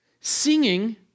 Singing